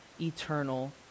eternal